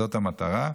זו המטרה.